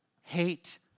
Hate